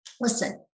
listen